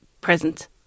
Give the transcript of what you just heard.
present